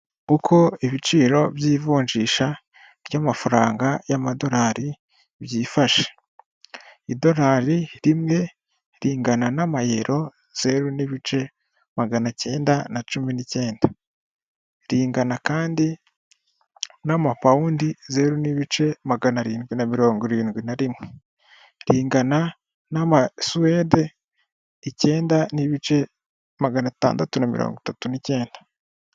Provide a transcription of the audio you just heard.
Uko ibiciro by'ivunjisha ry'amafaranga y'amadolari byifashe. Idolari rimwe rigana n'amayero zeru n'ibice magana cyenda na cumi n'icyenda, rigana kandi n'amapawundi zeru n'ibice magana arindwi na mirongo irindwi na rimwe. Rigana n'amasuwede icyenda n'ibice magana atandatu mirongo itatu n'icyenda.